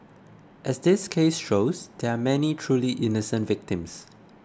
as this case shows there are many truly innocent victims